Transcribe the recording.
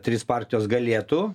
trys partijos galėtų